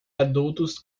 adultos